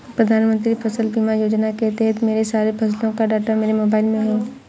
प्रधानमंत्री फसल बीमा योजना के तहत मेरे सारे फसलों का डाटा मेरे मोबाइल में है